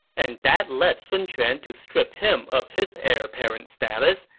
and that led sun quan to strip him of his heir apparent status,